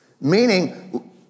Meaning